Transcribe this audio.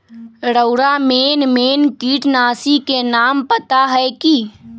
रउरा main main किटनाशी के नाम पता हए कि?